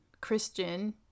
Christian